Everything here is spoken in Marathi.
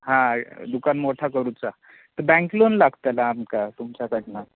हो दुकान मोठा करूचा तर बँक लोन लागतला आमचा तुमच्याकडनं